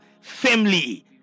family